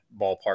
ballpark